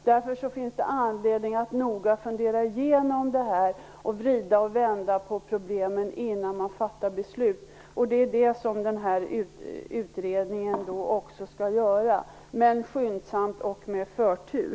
Därför finns det anledning att noga fundera igenom problemen och vända och vrida på dem innan man fattar ett beslut. Det är detta som utredningen skall göra, skyndsamt och med förtur.